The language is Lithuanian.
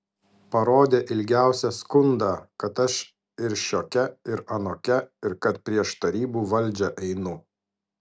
parodė ilgiausią skundą kad aš ir šiokia ir anokia ir kad prieš tarybų valdžią einu